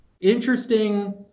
interesting